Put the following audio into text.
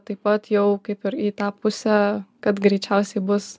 taip pat jau kaip ir į tą pusę kad greičiausiai bus